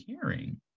caring